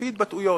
לפי התבטאויות.